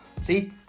See